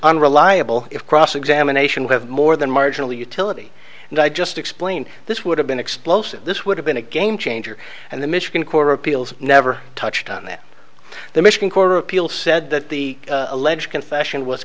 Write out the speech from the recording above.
unreliable if cross examination have more than marginal utility and i just explained this would have been explosive this would have been a game changer and the michigan court appeals never touched on it the michigan court appeal said that the alleged confession was